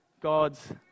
God's